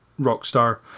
Rockstar